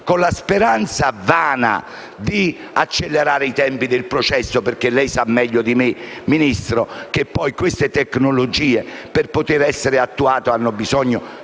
con la speranza - vana - di accelerarne i tempi. Lei sa meglio di me, Ministro, che poi queste tecnologie per poter essere attuate hanno bisogno